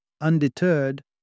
Undeterred